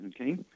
Okay